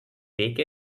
take